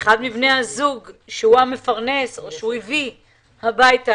אחד מבני הזוג שהוא המפרנס או הביא הביתה